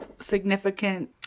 significant